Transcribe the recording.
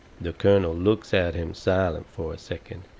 the colonel looks at him silent fur a second,